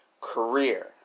Career